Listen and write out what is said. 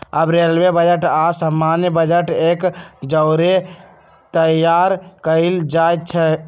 अब railway budget आऽ सामान्य बजट एक जौरे तइयार कएल जाइ छइ